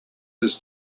his